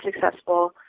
successful